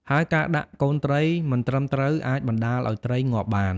ហើយការដាក់កូនត្រីមិនត្រឹមត្រូវអាចបណ្តាលឱ្យត្រីងាប់បាន។